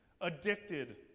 addicted